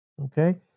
Okay